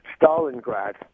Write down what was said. Stalingrad